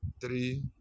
three